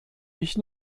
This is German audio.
ich